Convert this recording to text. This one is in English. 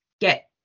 get